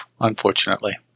Unfortunately